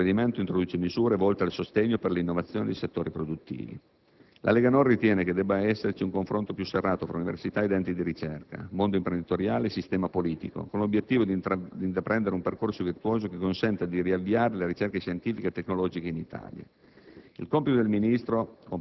Il provvedimento introduce misure volte al sostegno dell'innovazione dei settori produttivi. La Lega Nord ritiene che debba esserci un confronto più serrato fra università ed enti di ricerca, mondo imprenditoriale e sistema politico, con l'obiettivo di intraprendere un percorso virtuoso che consenta di riavviare le ricerche scientifiche e tecnologiche in Italia.